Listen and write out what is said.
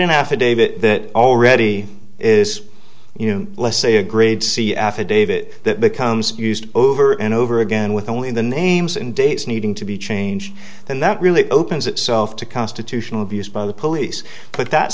affidavit already is you know let's say a grade c affidavit that becomes used over and over again with only the names and dates needing to be changed and that really opens itself to constitutional abuse by the police put that